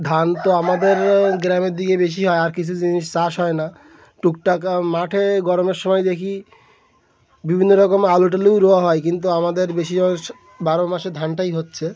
ধান তো আমাদের গ্রামের দিকে বেশি হয় আর কিছু জিনিস চাষ হয় না টুকটাক মাঠে গরমের সময় দেখি বিভিন্ন রকম আলু টালুই রোঁয়া হয় কিন্তু আমাদের বেশি জমা বারো মাসে ধানটাই হচ্ছে